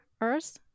Earth